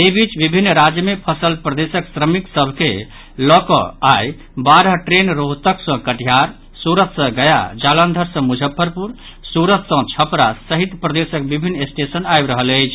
एहि बीच विभिन्न राज्य मे फसल प्रदेशक श्रमिक सभ के लऽ कऽ आइ बारह ट्रेन रोहतक सँ कटिहार सूरत सँ गया जालंधर सँ मुजफ्फरपुर सूरत सँ छपरा सहित प्रदेशक विभिन्न स्टेशन आबि रहल अछि